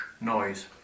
noise